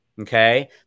Okay